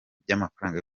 by’amafaranga